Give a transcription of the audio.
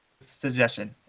Suggestion